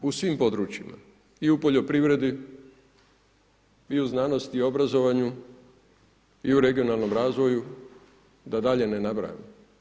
U svim područjima i u poljoprivredi i u znanosti i u obrazovanju, i u regionalnom razvoju da dalje ne nabrajam.